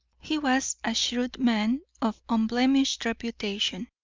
he was a shrewd man, of unblemished reputation.